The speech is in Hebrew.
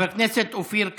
חבר הכנסת אופיר כץ.